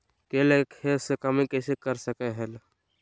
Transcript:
केले के खेती से कमाई कैसे कर सकय हयय?